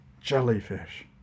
Jellyfish